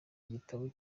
igitabo